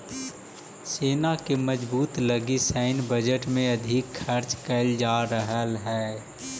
सेना के मजबूती लगी सैन्य बजट में अधिक खर्च कैल जा रहल हई